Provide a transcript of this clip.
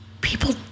people